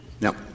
No